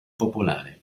popolare